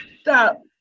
stop